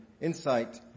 insight